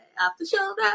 off-the-shoulder